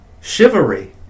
Chivalry